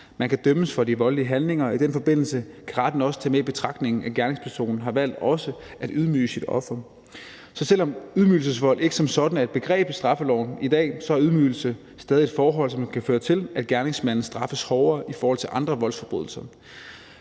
Man kan dømmes for de voldelige handlinger, og i den forbindelse kan retten tage med i betragtning, at gerningspersonen har valgt også at ydmyge sit offer. Så selv om ydmygelsesvold ikke som sådan er et begreb i straffeloven i dag, så er ydmygelse stadig et forhold, som kan føre til, at gerningsmanden straffes hårdere end ved andre voldsforbrydelser.